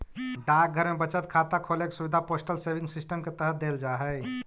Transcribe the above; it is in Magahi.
डाकघर में बचत खाता खोले के सुविधा पोस्टल सेविंग सिस्टम के तहत देल जा हइ